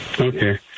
Okay